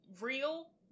real